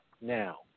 now